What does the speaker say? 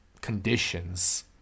conditions